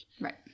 Right